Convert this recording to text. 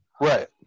Right